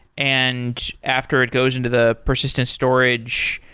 and after it goes into the persistent storage,